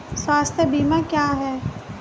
स्वास्थ्य बीमा क्या है?